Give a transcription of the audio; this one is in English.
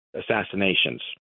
assassinations